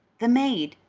the maid,